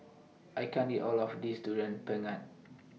I can't eat All of This Durian Pengat